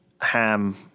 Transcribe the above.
ham